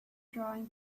drawing